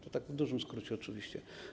To tak w dużym skrócie oczywiście.